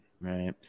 Right